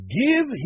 give